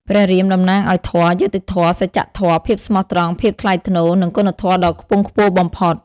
ព្រះរាមតំណាងឱ្យ ធម៌ យុត្តិធម៌ សច្ចធម៌ ភាពស្មោះត្រង់ ភាពថ្លៃថ្នូរ និងគុណធម៌ដ៏ខ្ពង់ខ្ពស់បំផុត ។